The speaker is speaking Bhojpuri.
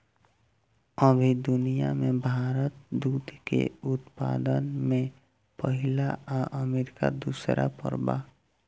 अभी दुनिया में भारत दूध के उत्पादन में पहिला आ अमरीका दूसर पर बा